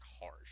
harsh